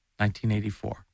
1984